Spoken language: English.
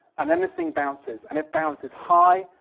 and then this thing bounces, and it bounces high,